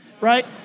right